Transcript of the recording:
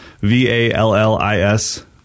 V-A-L-L-I-S